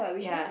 ya